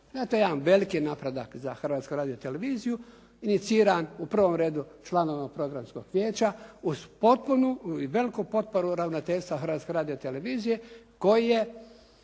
to jedan veliki napredak za Hrvatsku radioteleviziju iniciran u prvom redu članovima Programskog vijeća uz potpunu i veliku potporu ravnateljstva Hrvatske radiotelevizije koji je